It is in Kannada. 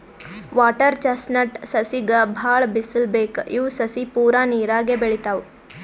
ವಾಟರ್ ಚೆಸ್ಟ್ನಟ್ ಸಸಿಗ್ ಭಾಳ್ ಬಿಸಲ್ ಬೇಕ್ ಇವ್ ಸಸಿ ಪೂರಾ ನೀರಾಗೆ ಬೆಳಿತಾವ್